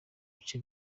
bice